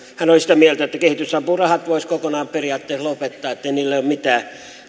hän oli sitä mieltä että kehitysapurahat voisi periaatteessa kokonaan lopettaa että ei niillä ole mitään